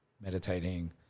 meditating